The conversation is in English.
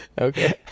okay